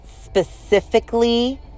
specifically